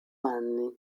anni